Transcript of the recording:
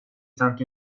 tanto